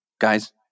Guys